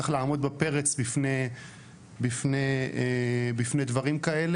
צריך לעמוד בפרץ בפני דברים כאלה,